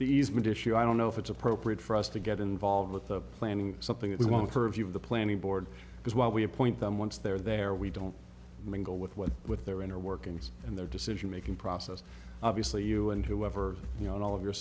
issue i don't know if it's appropriate for us to get involved with the planning something that was one purview of the planning board because while we appoint them once they're there we don't mingle with what with their inner workings and their decision making process obviously you and whoever you know and all of your